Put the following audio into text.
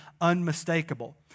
unmistakable